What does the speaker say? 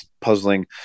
puzzling